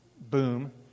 boom